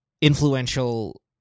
influential